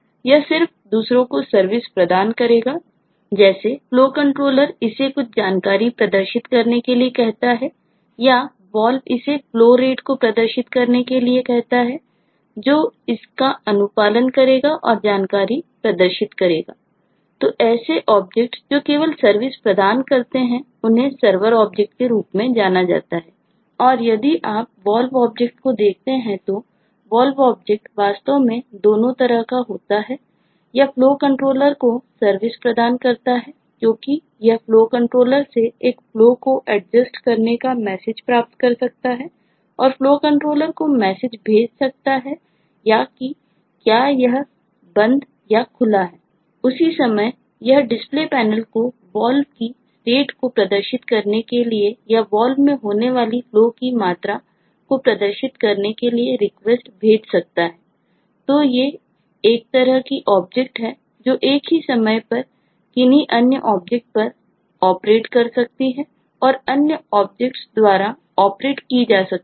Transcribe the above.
यह सिर्फ दूसरों को सर्विस प्रदान करता है क्योंकि यह FlowController से एक flow को adjust करने का मैसेज प्राप्त कर सकता है और FlowController को मैसेज भेज सकता है या कि क्या वह बंद या खुला है